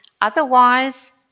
Otherwise